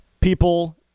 people